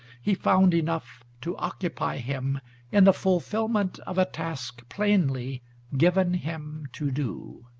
he found enough to occupy him in the fulfilment of a task, plainly given him to do.